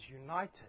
united